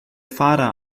fahrer